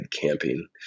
camping